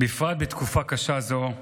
בפרט בתקופה קשה זו,